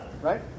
right